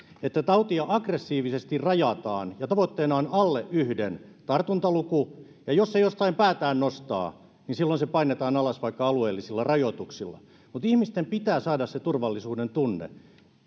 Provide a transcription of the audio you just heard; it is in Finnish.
että tautia aggressiivisesti rajataan ja tavoitteena on alle yhden tartuntaluku ja jos se jostain päätään nostaa niin silloin se painetaan alas vaikka alueellisilla rajoituksilla ihmisten pitää saada se turvallisuudentunne